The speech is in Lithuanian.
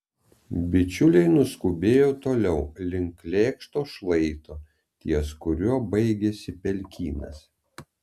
bičiuliai nuskubėjo toliau link lėkšto šlaito ties kuriuo baigėsi pelkynas